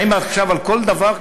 האם עכשיו על כל דבר,